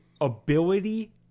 ability